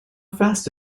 fast